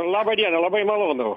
laba diena labai malonu